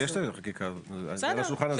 יש היום חקיקה על השולחן הזה.